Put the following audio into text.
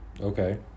Okay